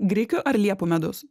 grikių ar liepų medus